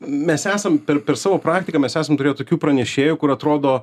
mes esam per per savo praktiką mes esam turėję tokių pranešėjų kur atrodo